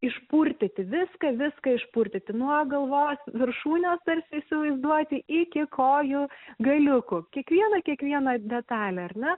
išpurtyti viską viską išpurtyti nuo galvos viršūnės tarsi įsivaizduoti iki kojų galiukų kiekvieną kiekvieną detalę ar ne